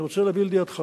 אני רוצה להביא לידיעתך